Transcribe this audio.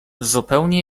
zupełnie